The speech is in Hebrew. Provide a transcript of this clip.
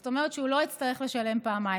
זאת אומרת שהוא לא יצטרך לשלם פעמיים,